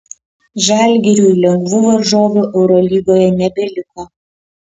žalgiriui lengvų varžovų eurolygoje nebeliko